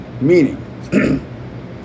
Meaning